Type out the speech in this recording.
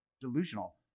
delusional